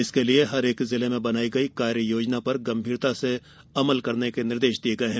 इसके लिए प्रत्येक जिले में बनाई गई कार्य योजना पर गंभीरता से अमल करने के निर्देश दिए गए हैं